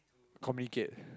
communicate